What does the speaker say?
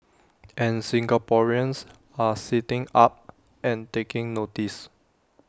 and Singaporeans are sitting up and taking notice